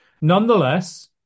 Nonetheless